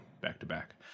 back-to-back